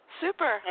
Super